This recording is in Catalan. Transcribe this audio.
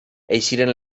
eixiren